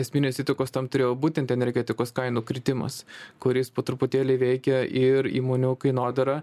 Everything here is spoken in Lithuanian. esminės įtakos tam turėjo būtent energetikos kainų kritimas kuris po truputėlį veikia ir įmonių kainodarą